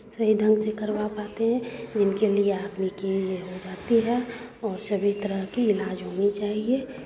सही ढंग से करवा पाते हैं जिनके लिए आदमी की हो जाती है और सभी तरह की इलाज होनी चाहिए